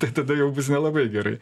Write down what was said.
tai tada jau bus nelabai gerai